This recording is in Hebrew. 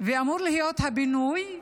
ואמור להיות הבינוי,